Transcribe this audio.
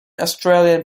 australian